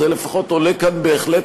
זה לפחות עולה כאן בהחלט,